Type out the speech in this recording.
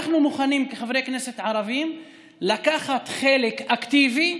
אנחנו מוכנים, כחברי כנסת ערבים, לקחת חלק אקטיבי,